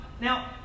now